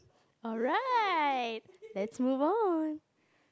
alright let's move on